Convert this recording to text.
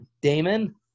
Damon